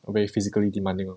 very physically demanding lor